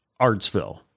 Artsville